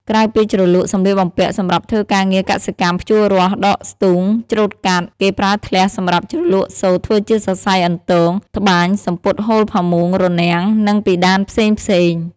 ក្រៅពីជ្រលក់សម្លៀកបំពាក់សម្រាប់ធ្វើការងារកសិកម្មភ្ជួររាស់ ដកស្ទូង ច្រូតកាត់ គេប្រើធ្លះសម្រាប់ជ្រលក់សូត្រធ្វើជាសរសៃអន្ទង ត្បាញសំពត់ហូលផាមួង រនាំង និងពិដានផ្សេងៗ។